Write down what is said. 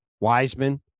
Wiseman